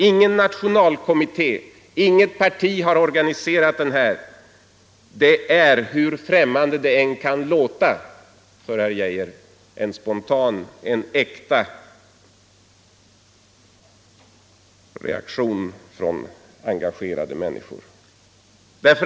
Ingen nationalkommitté, inget parti har organiserat denna opinion. Det är, hur främmande det än kan låta för herr Geijer, en spontan och en äkta reaktion från engagerade människor.